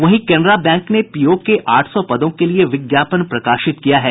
वहीं केनरा बैंक ने पीओ के आठ सौ पदों के लिए विज्ञापन प्रकाशित किया है